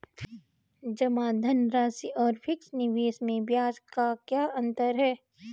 जमा धनराशि और फिक्स निवेश में ब्याज का क्या अंतर है?